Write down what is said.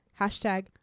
Hashtag